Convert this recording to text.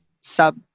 sub